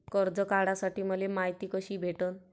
कर्ज काढासाठी मले मायती कशी भेटन?